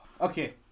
okay